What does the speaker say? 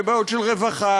לבעיות של רווחה,